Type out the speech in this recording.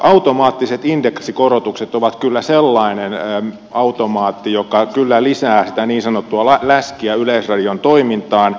automaattiset indeksikorotukset ovat kyllä sellainen automaatti joka kyllä lisää sitä niin sanottua läskiä yleisradion toimintaan